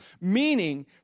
Meaning